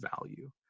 value